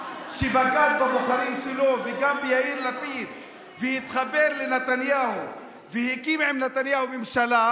שבגד בבוחרים שלו וגם ביאיר לפיד והתחבר לנתניהו והקים עם נתניהו ממשלה,